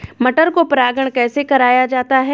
मटर को परागण कैसे कराया जाता है?